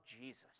Jesus